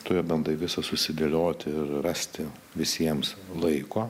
tu bandai visą susidėlioti ir rasti visiems laiko